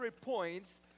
points